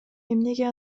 эмнеге